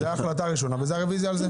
זאת ההחלטה הראשונה והרוויזיה על זה.